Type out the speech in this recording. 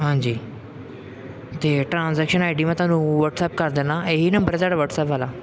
ਹਾਂਜੀ ਅਤੇ transaction ID ਡੀ ਮੈਂ ਤੁਹਾਨੂੰ ਵਟਸਐਪ ਕਰ ਦਿੰਦਾ ਇਹੀ ਨੰਬਰ ਤੁਹਾਡਾ ਵਟਸਐਪ ਵਾਲਾ